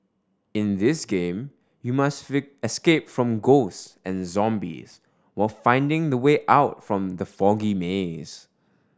in this game you must escape from ghost and zombies while finding the way out from the foggy maze